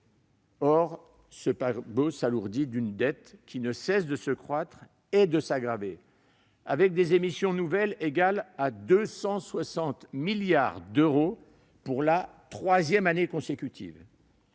Or ce paquebot s'alourdit d'une dette qui ne cesse de croître et de s'aggraver, avec des émissions nouvelles de 260 milliards d'euros pour la troisième année consécutive.